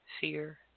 fear